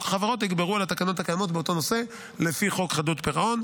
החברות יגברו על התקנות הקיימות באותו נושא לפי חוק חדלות פירעון.